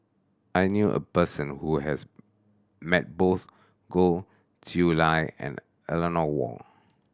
I knew a person who has met both Goh Chiew Lye and Eleanor Wong